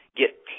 get